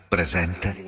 Presente